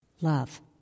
Love